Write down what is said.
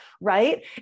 right